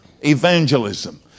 evangelism